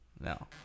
no